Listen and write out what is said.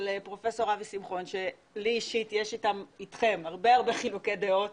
של פרופסור אבי שמחון שלי אישית יש אתכם הרבה חילוקי דעות